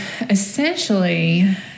essentially